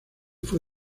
fue